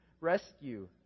rescue